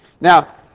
Now